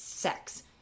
Sex